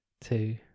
two